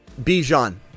Bijan